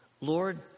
Lord